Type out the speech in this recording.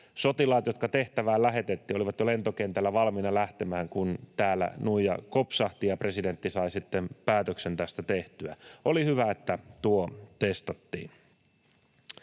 sotilaat, jotka tehtävään lähetettiin, olivat jo lentokentällä valmiina lähtemään, kun täällä nuija kopsahti ja presidentti sai sitten päätöksen tästä tehtyä. Oli hyvä, että tuo testattiin.